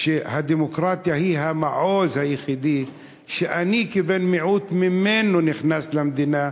הדמוקרטיה היא המעוז היחידי שאני כבן מיעוט נכנס ממנו למדינה,